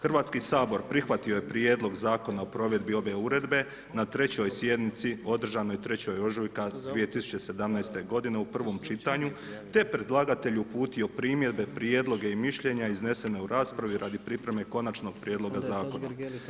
Hrvatski sabora, prihvatio je prijedlog zakona o provedbi ove uredbe, na trećoj sjednici održanoj 3. ožujka 2017. godine u prvom čitanju, te predlagatelju uputio primjedbe, prijedloge i mišljenja iznese u raspravi radi pripreme konačnog prijedloga zakona.